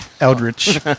Eldritch